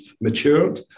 matured